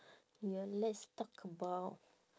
ya let's talk about